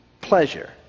pleasure